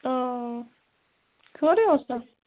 اۭں خٲرٕے اوسا